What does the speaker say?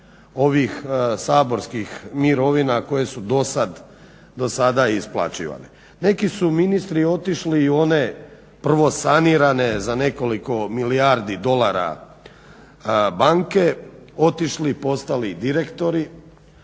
ovih saborskih mirovina koje su do sada isplaćivane. Neki su ministri otišli i u one prvo sanirane za nekoliko milijardi dolara banke, otišli, postali direktori,